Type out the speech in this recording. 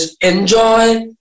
enjoy